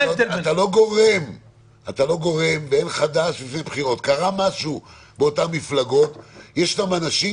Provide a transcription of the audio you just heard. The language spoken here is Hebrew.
אני לא מקדש את המילה נורבגי